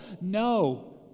No